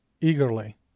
eagerly